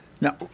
Now